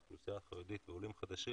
לגבי האוכלוסייה החרדית ועולים חדשים,